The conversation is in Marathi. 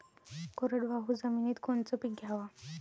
कोरडवाहू जमिनीत कोनचं पीक घ्याव?